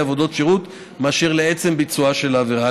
עבודות שירות מאשר לעצם ביצועה של העבירה.